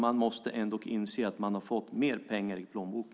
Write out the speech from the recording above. Man måste ändå inse att man har fått mer pengar i plånboken.